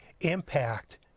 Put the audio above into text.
impact